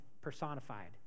personified